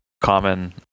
common